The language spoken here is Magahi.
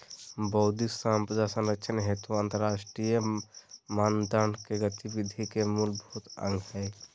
बौद्धिक संपदा संरक्षण हेतु अंतरराष्ट्रीय मानदंड के गतिविधि के मूलभूत अंग हइ